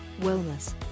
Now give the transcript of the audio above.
wellness